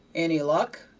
any luck?